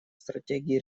стратегий